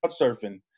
surfing